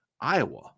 Iowa